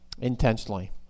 Intentionally